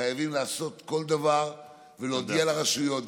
חייבים לעשות כל דבר ולהודיע לרשויות,